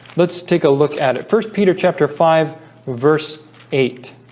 let's take a look at it. first peter chapter five verse eight